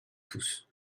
tous